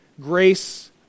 grace